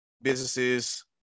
Businesses